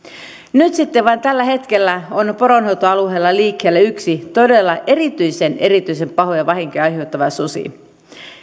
nyt sitten vain tällä hetkellä on poronhoitoalueella liikkeellä yksi todella erityisen erityisen pahoja vahinkoja aiheuttava susi